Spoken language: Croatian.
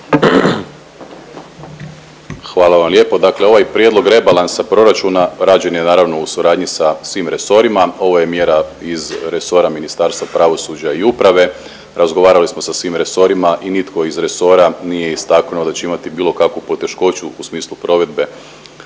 Hvala vam lijepo, dakle ovaj prijedlog rebalansa proračuna rađen je naravno u suradnji sa svim resorima, ovo je mjera iz resora Ministarstva pravosuđa i uprave. Razgovarali smo sa svim resorima i nitko iz resora nije istaknuo da će imati bilo kakvu poteškoću u smislu provedbe